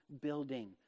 building